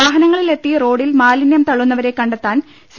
വാഹനങ്ങളി ലെത്തി റോഡിൽ മാലിന്യം തള്ളുന്നവരെ കണ്ടെത്താൻ സി